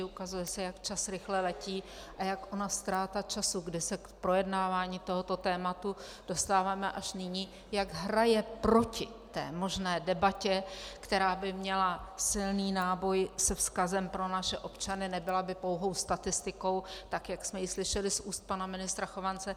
Ukazuje se, jak čas rychle letí a jak ona ztráta času, kdy se k projednávání tohoto tématu dostáváme až nyní, hraje proti té možné debatě, která by měla silný náboj se vzkazem pro naše občany, nebyla by pouhou statistikou, tak jak jsme ji slyšeli z úst pana ministra Chovance.